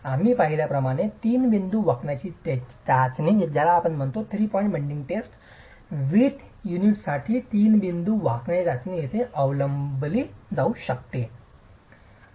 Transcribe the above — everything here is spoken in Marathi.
आम्ही पाहिल्याप्रमाणे तीन बिंदू वाकण्याची चाचणी वीट युनिटसाठी तीन बिंदू वाकण्याची चाचणी येथे अवलंबली जाऊ शकते